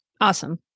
Awesome